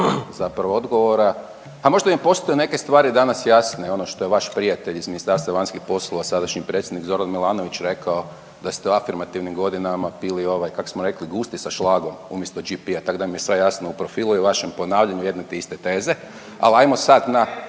zapravo odgovora, pa možda i postaju neke stvari danas jasne ono što je vaš prijatelj iz Ministarstva vanjskih poslova, a sadašnji predsjednik Zoran Milanović rekao da ste u afirmativnim godinama pili ovaj kako smo rekli gusti sa šlagom umjesto GP-a tak da mi je sve jasno u profilu i vašem ponavljanju jedne te iste teze. Ali ajmo sad na